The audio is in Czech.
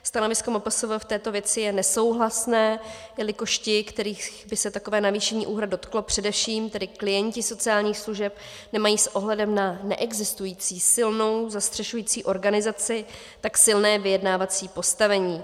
Stanovisko MPSV v této věci je nesouhlasné, jelikož ti, kterých by se takové navýšení úhrad dotklo, především tedy klienti sociálních služeb, nemají s ohledem na neexistující silnou zastřešující organizaci tak silné vyjednávací postavení.